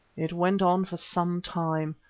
it went on for some time,